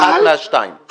אחת מהשתיים.